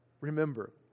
Remember